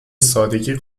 سادگی